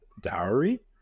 dowry